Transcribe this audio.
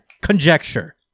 Conjecture